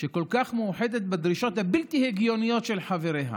שכל כך מאוחדת בדרישות הבלתי-הגיוניות של חבריה.